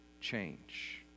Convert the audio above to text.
change